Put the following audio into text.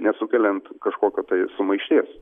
nesukeliant kažkokio tai sumaišties